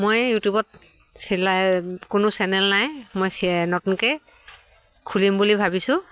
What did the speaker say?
মই ইউটিউবত চিলাই কোনো চেনেল নাই মই চিয়া নতুনকৈ খুলিম বুলি ভাবিছোঁ